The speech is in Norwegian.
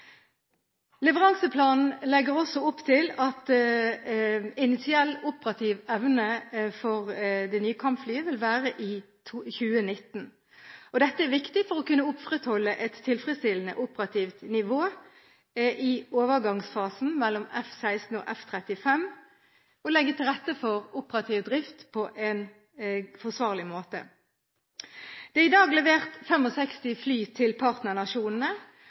Leveranseplanen legger også opp til at initiell operativ evne for de nye kampflyene vil være i 2019. Dette er viktig for å kunne opprettholde et tilfredsstillende operativt nivå i overgangsfasen mellom F-16 og F-35 og legge til rette for operativ drift på en forsvarlig måte. Det er i dag levert 65 fly til partnernasjonene,